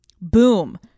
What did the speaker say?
boom